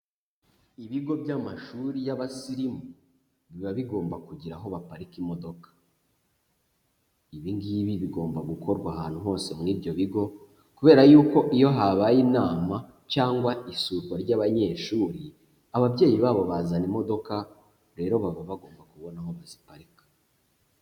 Ibigo by'amashuri y'abasirimu biba bigomba kugira aho baparika imodoka, ibi ngibi bigomba gukorwa ahantu hose muri ibyo bigo kubera yuko iyo habaye inama cyangwa isurwa ry'abanyeshuri, ababyeyi babo bazana imodoka rero baba bagomba kubona aho baziparika.